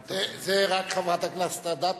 זה רק חברת הכנסת אדטו,